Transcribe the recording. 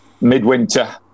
midwinter